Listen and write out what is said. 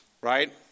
Right